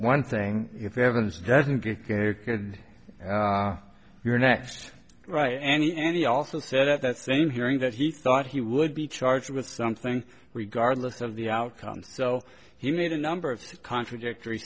one thing if evidence doesn't get it and you're next right any any also said at that same hearing that he thought he would be charged with something regardless of the outcome so he made a number of contradictory